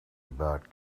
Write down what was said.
about